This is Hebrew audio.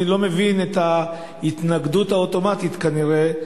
אני לא מבין את ההתנגדות האוטומטית, כנראה,